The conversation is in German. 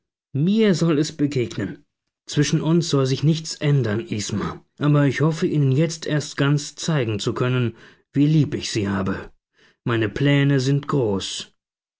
mir soll es begegnen zwischen uns soll sich nichts ändern isma aber ich hoffe ihnen jetzt erst ganz zeigen zu können wie lieb ich sie habe meine pläne sind groß